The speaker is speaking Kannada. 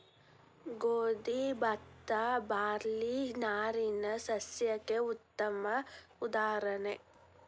ಗೋದಿ ಬತ್ತಾ ಬಾರ್ಲಿ ನಾರಿನ ಸಸ್ಯಕ್ಕೆ ಉತ್ತಮ ಉದಾಹರಣೆ